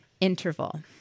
interval